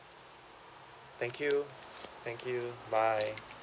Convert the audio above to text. thank you thank you bye